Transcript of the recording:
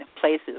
places